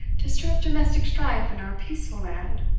to stir up domestic strife in our peaceful land?